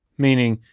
meaning,